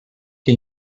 que